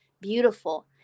beautiful